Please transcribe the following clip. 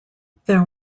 their